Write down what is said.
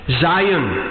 Zion